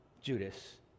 Judas